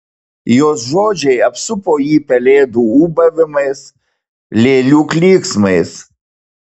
jos žodžiai apsupo jį pelėdų ūbavimais lėlių klyksmais